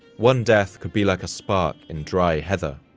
one death could be like a spark in dry heather,